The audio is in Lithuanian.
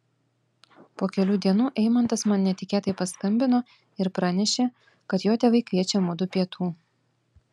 po kelių dienų eimantas man netikėtai paskambino ir pranešė kad jo tėvai kviečia mudu pietų